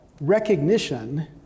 recognition